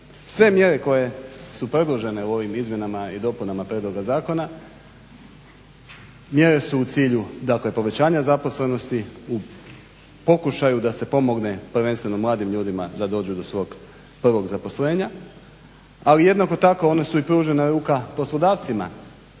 Sve mjere koje su predložene u ovim izmjenama i dopunama prijedloga zakona mjere su u cilju povećanja zaposlenosti, u pokušaju da se pomogne prvenstveno mladim ljudima da dođu do svog prvog zaposlenja, ali jednako tako one su i pružena ruka poslodavcima